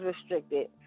restricted